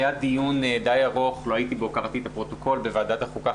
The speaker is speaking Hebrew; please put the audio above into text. היה דיון די ארוך לא הייתי בו אבל קראתי את הפרוטוקול בוועדת החוקה,